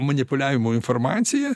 manipuliavimu informacija